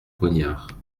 poignard